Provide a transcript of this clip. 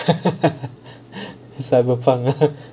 cyber front ah